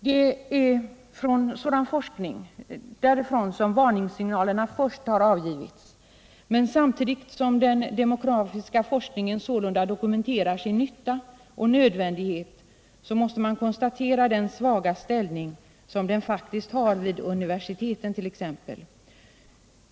Det är från forskningen som varningssignalerna först har avgivits, men samtidigt som den demografiska forskningen sålunda dokumenterar sin nytta och nödvändighet måste man konstatera den svaga ställning som den faktiskt har vid universiteten t.ex.